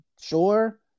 sure